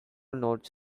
note